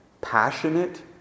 Passionate